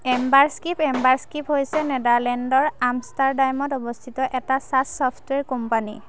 Amberscript Emberscript হৈছে নেডাৰলেণ্ডৰ আমষ্টাৰডামত অৱস্থিত এটা ছাছ ছফ্টৱেৰ কোম্পানী